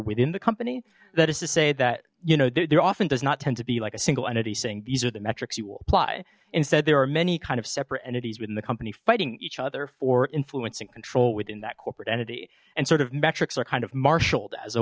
within the company that is to say that you know there often does not tend to be like a single entity saying these are the metrics you will apply instead there are many kind of separate entities within the company fighting each other for influence and control within that corporate entity and sort of metrics are kind of marshaled as a